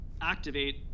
activate